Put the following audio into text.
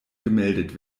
gemeldet